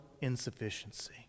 insufficiency